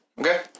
Okay